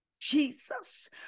Jesus